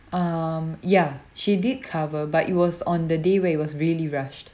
um yeah she did cover but it was on the day where it was really rushed